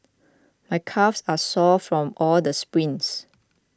my calves are sore from all the sprints